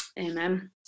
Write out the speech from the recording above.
amen